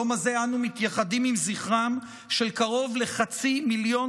ביום הזה אנו מתייחדים עם זכרם של קרוב לחצי מיליון